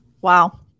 Wow